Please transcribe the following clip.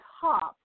top